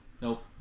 Nope